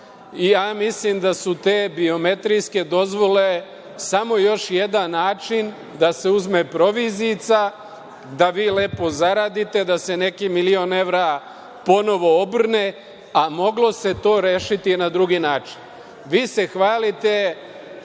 Ja mislim da su te biometrijske dozvole samo još jedan način da se uzme provizijica, da vi lepo zaradite, da se neki milion evra ponovo obrne, a moglo se to rešiti i na drugi način. Vi se hvalite